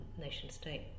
nation-state